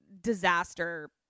disaster